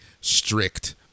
strict